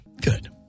Good